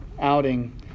outing